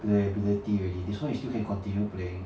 playability already this one you still can continue playing